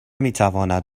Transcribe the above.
میتواند